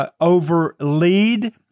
over-lead